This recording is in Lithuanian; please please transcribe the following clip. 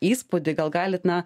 įspūdį gal galit na